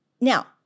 Now